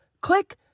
Click